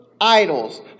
idols